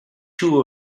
two